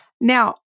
Now